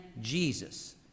Jesus